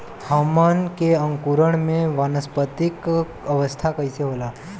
हमन के अंकुरण में वानस्पतिक अवस्था कइसे होला?